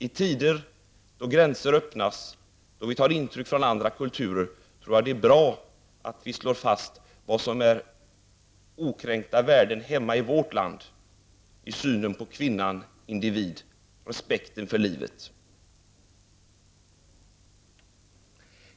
I tider då gränser öppnas och vi tar intryck från andra kulturer, tror jag det är bra att vi slår fast vad som är okränkta värden hemma i vårt land när det gäller synen på kvinnan som individ och respekten för livet. Herr talman!